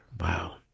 Wow